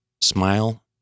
smile